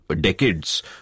decades